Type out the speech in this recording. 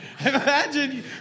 Imagine